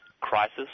crisis